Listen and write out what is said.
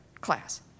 class